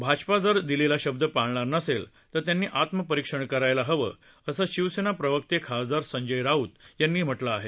भाजपा जर दिलेला शब्द पाळणार नसेल तर त्यांनी आत्मपरीक्षण करायला हवं असं शिवसेना प्रवक्ते खासदार संजय राऊत यांनी म्हटलं आहे